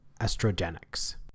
estrogenics